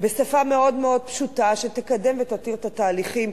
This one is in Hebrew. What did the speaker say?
בשפה מאוד מאוד פשוטה, שתקדם ותתיר את התהליכים.